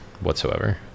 whatsoever